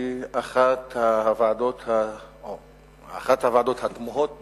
היא אחת הוועדות התמוהות ביותר,